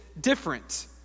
different